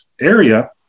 area